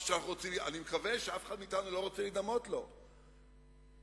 ואני מקווה שאף אחד מאתנו לא רוצה להידמות למודל שלהן.